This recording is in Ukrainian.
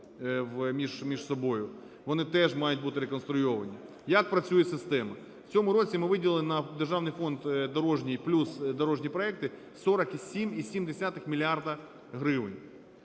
Вони теж мають бути реконструйовані. Як працює система? В цьому році ми виділили на державний фонд дорожній плюс дорожні проекти 47,7 мільярда